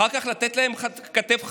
אחר כך לתת להם כתף חמה,